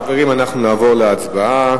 חברים, אנחנו נעבור להצבעה.